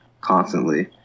constantly